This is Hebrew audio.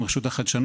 עם רשות החדשנות,